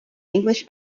english